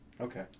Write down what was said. Okay